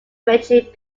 meiji